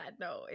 no